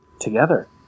together